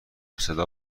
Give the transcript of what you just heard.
صدا